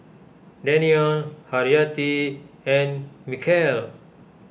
Daniel Haryati and Mikhail